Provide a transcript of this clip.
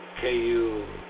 KU